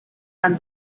and